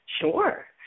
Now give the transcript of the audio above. sure